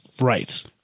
Right